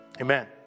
amen